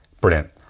Brilliant